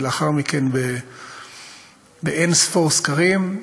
ולאחר מכן באין-ספור סקרים,